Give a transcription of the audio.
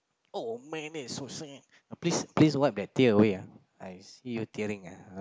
oh man that's so sad please please wipe that tear away uh I see you tearing ah